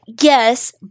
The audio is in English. yes